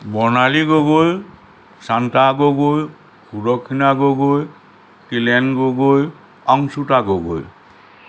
Barnali Gogoi Shanta Gogoi Sudakshina Gogoi Tilen Gogoi Angshruta Gogoi